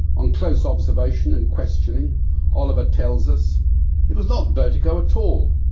on close observation and questioning oliver tells us it was not vertigo at all,